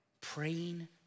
praying